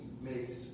makes